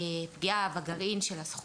פגיעה בגרעין של הזכות,